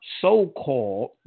so-called